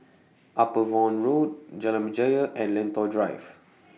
Upavon Road Jalan Berjaya and Lentor Drive